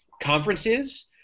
conferences